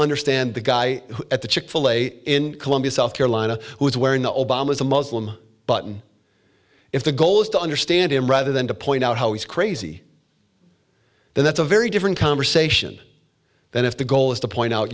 understand the guy at the chick fil a in columbia south carolina who is wearing the obama is a muslim button if the goal is to understand him rather than to point out how he's crazy then that's a very different conversation than if the goal is to point out